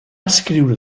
escriure